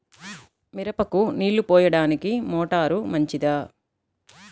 మిరపకు నీళ్ళు పోయడానికి మోటారు మంచిదా?